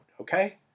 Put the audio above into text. okay